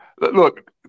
look